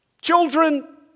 Children